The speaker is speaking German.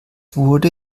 wurde